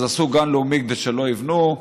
אז עשו גן לאומי כדי שלא יבנו.